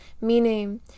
meaning